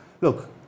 look